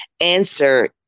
answer